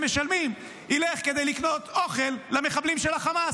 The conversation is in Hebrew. משלמים ילך כדי לקנות אוכל למחבלים של החמאס,